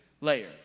layer